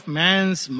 man's